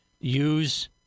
Use